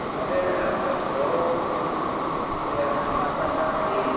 আমাদের আরেকটা বড় জিনিস হচ্ছে যে আমরা নিমপাতা তেল